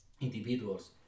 individuals